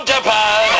Japan